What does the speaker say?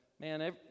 man